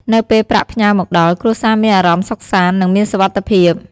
នៅពេលប្រាក់ផ្ញើមកដល់ គ្រួសារមានអារម្មណ៍សុខសាន្ត និងមានសុវត្ថិភាព។